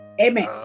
Amen